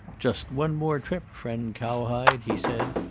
just one more trip, friend cowhide, he said,